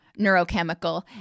neurochemical